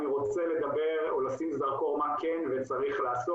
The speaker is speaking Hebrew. אני רוצה לדבר או לשים זרקור מה כן וצריך לעשות.